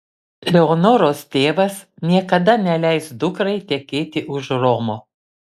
leonoros tėvas niekada neleis dukrai tekėti už romo